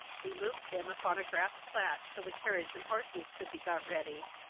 we moved him upon a grass plat, till the carriage and horses could be got ready